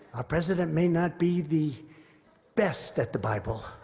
our president may not be the best at the bible.